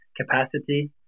capacity